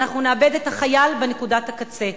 אנחנו נאבד את החייל בנקודת הקצה.